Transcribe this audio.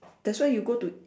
that's why you go to